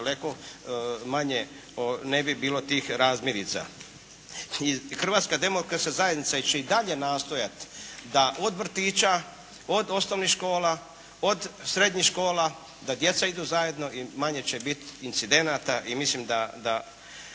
ne bi bilo tih razmirica. I Hrvatska demokratska zajednica će i dalje nastojati da od vrtića, od osnovnih škola, od srednjih škola, da djeca idu zajedno. Manje će biti incidenata i mislim da.